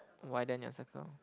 widen your circle